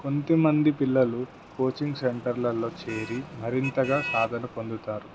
కొంతమంది పిల్లలు కోచింగ్ సెంటర్లలో చేరి మరింతగా సాధన పొందుతారు